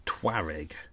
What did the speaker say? tuareg